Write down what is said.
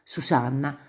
Susanna